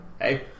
Hey